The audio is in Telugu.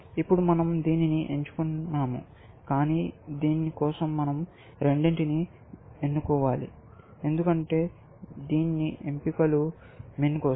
ఇప్పుడు మనం దీనిని ఎంచుకున్నాము కానీ దీని కోసం మనం రెండింటినీ ఎన్నుకోవాలి ఎందుకంటే అన్ని ఎంపికలు MIN కోసం